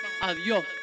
Adiós